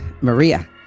Maria